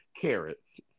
carrots